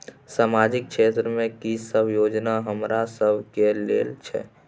सामाजिक क्षेत्र में की सब योजना हमरा सब के लेल छै?